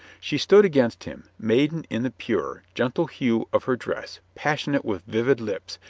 she stood against him, maiden in the pure, gentle hue of her dress, passionate with vivid lips,